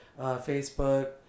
Facebook